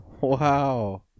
Wow